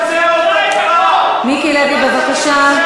מיקי לוי, בבקשה.